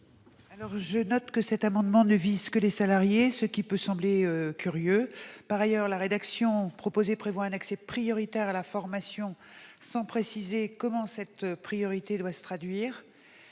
? Je note que cet amendement ne vise que les salariés, ce qui peut sembler curieux. Par ailleurs, la rédaction proposée prévoit un accès prioritaire à la formation, sans préciser comment cette priorité doit se traduire.